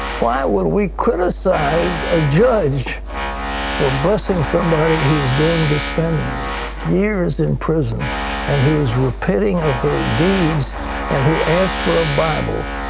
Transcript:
why would we criticize a judge for but hugging somebody who is going to spend years in prison and who is repenting of her deeds and who asked for a bible?